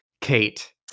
Kate